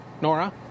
Nora